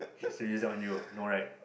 still use that on you no right